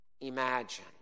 imagine